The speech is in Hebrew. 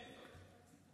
מי זאת?